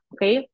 Okay